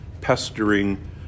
pestering